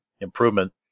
improvement